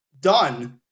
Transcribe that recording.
done